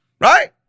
Right